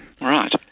right